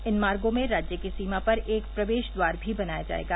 इन मार्गो में राज्य की सीमा पर एक प्रवेश द्वार भी बनाया जायेगा